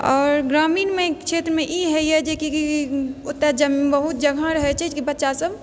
आओर ग्रामीण क्षेत्रमे ई हइये जे कि ओतय बहुत जगह रहै छै कि बच्चा सब